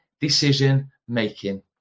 decision-making